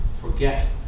forget